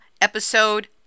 Episode